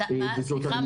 סליחה.